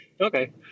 Okay